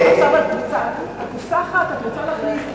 על קופסה אחת את רוצה להכניס,